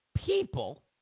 people